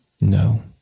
No